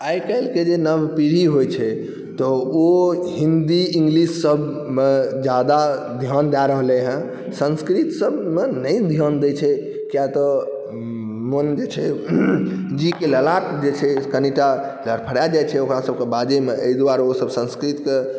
आइ काल्हिके जे नवपीढ़ी होइ छै तऽ ओ हिन्दी इङ्गलिश सबमे ज्यादा धिआन दै रहलै हँ संस्कृतसबमे नहि धिआन दै छै किएक तऽ मोन जे छै जीहके ललाट जे छै कनिटा धड़फड़ा जाइ छै ओकरासबके बाजैमे एहि दुआरे ओसब संस्कृतके